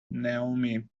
naomi